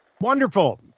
Wonderful